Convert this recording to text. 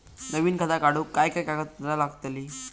नवीन खाता काढूक काय काय कागदपत्रा लागतली?